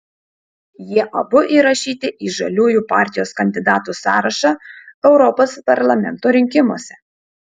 jie abu įrašyti į žaliųjų partijos kandidatų sąrašą europos parlamento rinkimuose